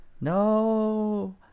No